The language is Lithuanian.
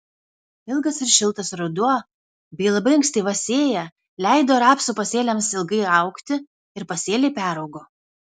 ilgas ir šiltas ruduo bei labai ankstyva sėja leido rapsų pasėliams ilgai augti ir pasėliai peraugo